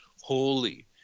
holy